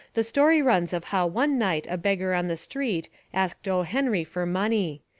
the story runs of how one night a beggar on the street asked o. henry for money.